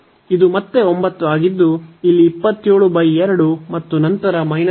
ಇದು ಮತ್ತೆ 9 ಆಗಿದ್ದು ಇಲ್ಲಿ 272 ಮತ್ತು ನಂತರ 9